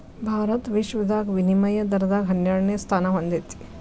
ಭಾರತ ವಿಶ್ವದಾಗ ವಿನಿಮಯ ದರದಾಗ ಹನ್ನೆರಡನೆ ಸ್ಥಾನಾ ಹೊಂದೇತಿ